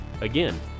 Again